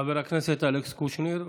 חבר הכנסת אלכס קושניר,